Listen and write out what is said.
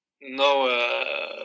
No